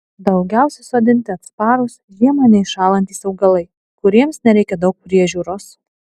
daugiausiai sodinti atsparūs žiemą neiššąlantys augalai kuriems nereikia daug priežiūros